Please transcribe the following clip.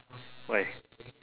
why